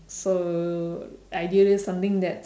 so ideally something that's